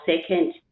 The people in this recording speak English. second